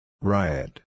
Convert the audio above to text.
Riot